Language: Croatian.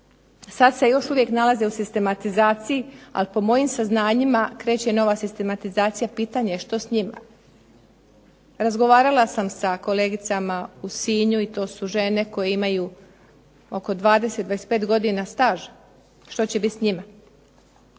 sad se još uvijek nalaze u sistematizaciji, ali po mojim saznanjima kreće i nova sistematizacija, pitanje je što s njima. Razgovarala sam sa kolegicama u Sinju i to su žene koje imaju oko 20, 25 godina staža, što će biti s njima.